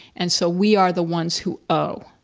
and so, we are the ones who owe.